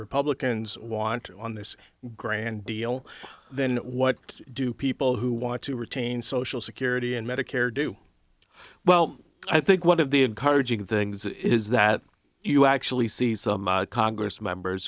republicans want on this grand deal then what do people who want to retain social security and medicare do well i think one of the encouraging things is that you actually see some congress members